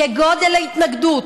כגודל ההתנגדות